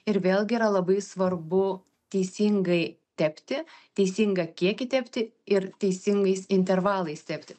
ir vėlgi yra labai svarbu teisingai tepti teisingą kiekį tepti ir teisingais intervalais tepti